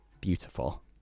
Beautiful